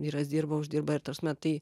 vyras dirba uždirba ir ta rsme tai